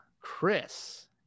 Chris